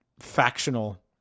Factional